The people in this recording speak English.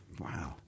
Wow